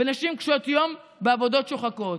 בנשים קשות יום בעבודות שוחקות".